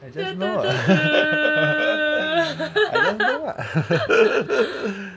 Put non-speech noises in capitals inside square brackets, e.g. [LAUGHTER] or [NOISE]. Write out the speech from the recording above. [LAUGHS]